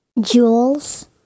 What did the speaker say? Jewels